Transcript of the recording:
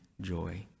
joy